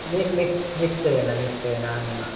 नि नि निश्चयेन निश्चयेन आनीमः